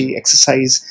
exercise